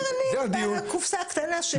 אתה אומר "אני בקופסה הקטנה שלי".